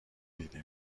دیده